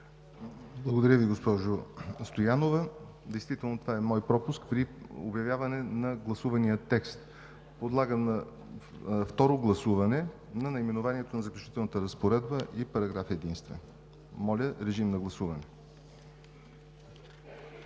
Благодаря Ви, госпожо Стоянова. Действително това е мой пропуск при обявяване на гласувания текст. Подлагам на второ гласуване наименованието на Заключителната разпоредба и текста на параграф единствен.